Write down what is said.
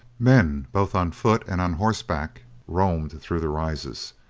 men both on foot and on horseback roamed through the rises,